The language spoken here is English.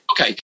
Okay